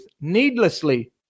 needlessly